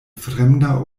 fremda